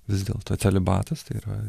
vis dėlto celibatas tai yra